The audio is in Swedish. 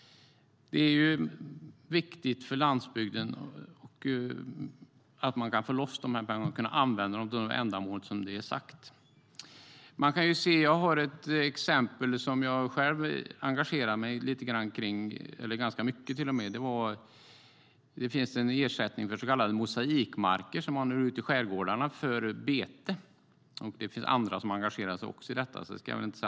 Det är viktigt för landsbygden att man kan få loss dessa pengar och använda dem till de ändamål som har angetts. Jag och flera med mig har engagerat mig i ersättningen för mosaikmarker som man använder till bete ute i skärgårdarna.